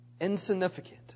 Insignificant